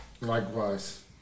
Likewise